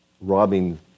robbing